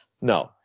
No